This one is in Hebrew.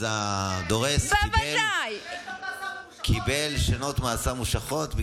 אז הדורס קיבל שנות מאסר ממושכות,